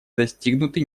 достигнуты